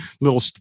little